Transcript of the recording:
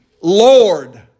Lord